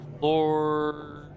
Lord